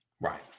Right